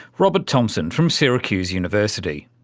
robert thompson from syracuse university.